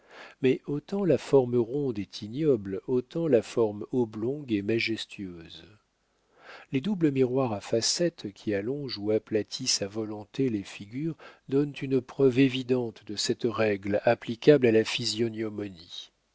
mais autant la forme ronde est ignoble autant la forme oblongue est majestueuse les doubles miroirs à facettes qui allongent ou aplatissent à volonté les figures donnent une preuve évidente de cette règle applicable à la